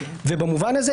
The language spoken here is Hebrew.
במובן הזה,